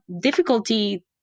difficulty